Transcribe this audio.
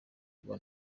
igwa